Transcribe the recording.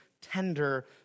tender